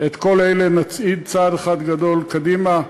את כל אלה נצעיד צעד אחד גדול קדימה.